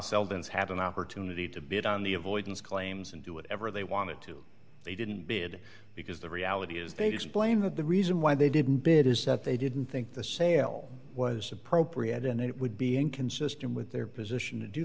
seldon's had an opportunity to bid on the avoidance claims and do whatever they wanted to they didn't bid because the reality is they explained that the reason why they didn't bid is that they didn't think the sale was appropriate and it would be inconsistent with their position to do